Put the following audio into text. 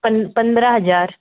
पन पन्द्रह हज़ार